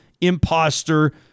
Imposter